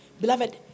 Beloved